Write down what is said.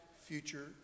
future